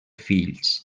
fills